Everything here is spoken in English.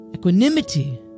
Equanimity